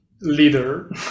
leader